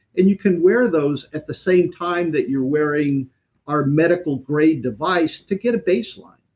and you can wear those at the same time that you're wearing our medical grade device to get a baseline.